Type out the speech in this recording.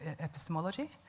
epistemology